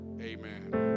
Amen